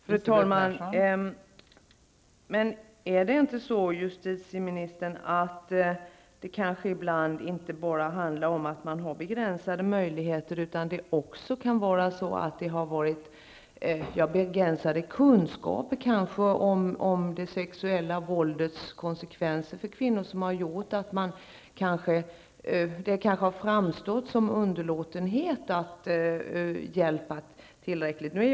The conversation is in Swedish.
Fru talman! Är det inte så, justitieministern, att det ibland inte bara är möjligheterna som är begränsade utan att även begränsade kunskaper om det sexuella våldets konsekvenser för kvinnorna har gjort att man underlåtit att ge tillräcklig hjälp?